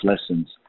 lessons